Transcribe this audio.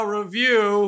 review